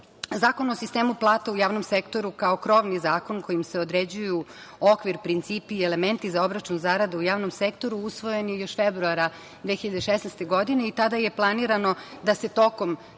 o sistemu plata u javnom sektoru kao krovni zakon kojim se određuju okvir, principi i elementi za obračun zarada u javnom sektoru usvojen je još februara 2016. godine i tada je planirano da se tokom